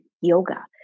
yoga